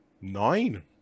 nine